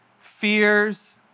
fears